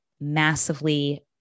massively